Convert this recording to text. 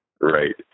right